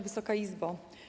Wysoka Izbo!